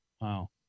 Wow